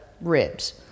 ribs